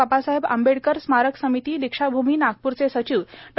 बाबासाहेब आंबेडकर स्मारक समिती दीक्षाभूमी नागपूरचे सचिव डॉ